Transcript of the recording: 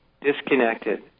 disconnected